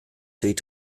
süd